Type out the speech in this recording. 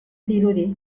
dirudi